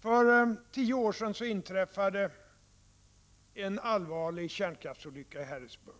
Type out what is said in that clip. För tio år sedan inträffade en allvarlig kärnkraftsolycka i Harrisburg.